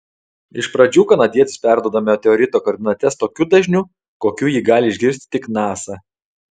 iš pradžių kanadietis perduoda meteorito koordinates tokiu dažniu kokiu jį gali išgirsti tik nasa